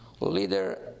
leader